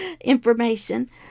information